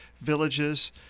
villages